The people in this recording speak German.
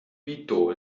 quito